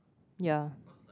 ya